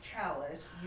chalice